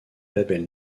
label